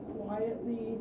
quietly